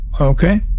Okay